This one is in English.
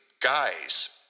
guys